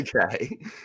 okay